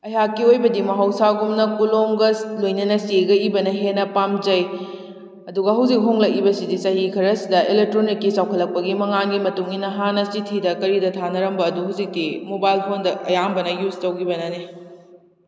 ꯑꯩꯍꯥꯛꯀꯤ ꯑꯣꯏꯕꯗꯤ ꯃꯍꯧꯁꯥꯒꯨꯝꯅ ꯀꯣꯂꯣꯝꯒ ꯂꯣꯏꯅꯅ ꯆꯦꯒ ꯏꯕꯅ ꯍꯦꯟꯅ ꯄꯥꯝꯖꯩ ꯑꯗꯨꯒ ꯍꯧꯖꯤꯛ ꯍꯣꯡꯂꯛꯂꯤꯕꯁꯤꯗꯤ ꯆꯍꯤ ꯈꯔꯁꯤꯗ ꯑꯦꯂꯦꯛꯇ꯭ꯔꯣꯅꯤꯛꯀꯤ ꯆꯥꯎꯈꯠꯂꯛꯄꯒꯤ ꯃꯉꯥꯟꯒꯤ ꯃꯇꯨꯡ ꯏꯟꯅ ꯍꯥꯟꯅ ꯆꯤꯊꯤꯗ ꯀꯔꯤꯗ ꯊꯥꯅꯔꯝꯕ ꯑꯗꯨ ꯍꯧꯖꯤꯛꯇꯤ ꯃꯣꯕꯥꯏꯜ ꯐꯣꯟꯗ ꯑꯌꯥꯝꯕꯅ ꯌꯨꯁ ꯇꯧꯈꯤꯕꯅꯅꯤ